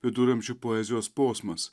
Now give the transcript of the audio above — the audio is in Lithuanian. viduramžių poezijos posmas